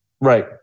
Right